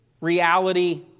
reality